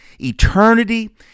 eternity